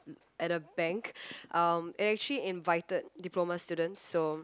at a bank um it actually invited diploma students so